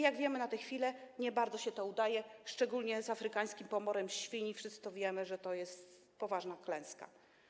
Jak wiemy na tę chwilę, nie bardzo się to udaje, szczególnie z afrykańskim pomorem świń, wszyscy to wiemy, że to jest poważna klęska.